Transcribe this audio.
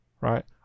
right